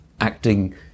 acting